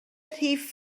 rhif